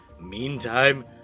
Meantime